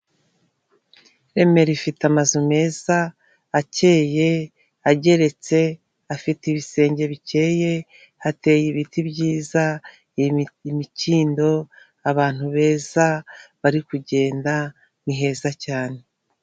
Remera ifite amazu meza akeye, ageretse, afite ibisenge bikeye, hateye ibiti byiza, imikindo, abantu beza bari kugenda, ni heza cyane.